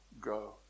go